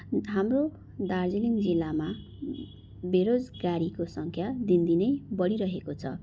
हाम्रो दार्जिलिङ जिल्लामा बेरोजगारीको सङ्ख्या दिनदिनै बढिरहेको छ